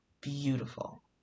beautiful